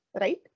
right